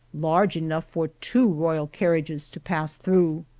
large enough for two royal carriages to pass through.